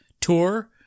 Tour